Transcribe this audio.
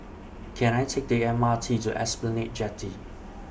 Can I Take The M R T to Esplanade Jetty